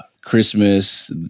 Christmas